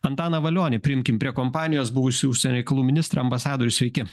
antaną valionį priimkim prie kompanijos buvusį užsienio reikalų ministrą ambasadorių sveiki